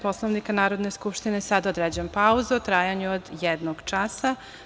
Poslovnika Narodne skupštine, sada određujem pauzu u trajanju od jednog časa.